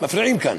מפריעים כאן.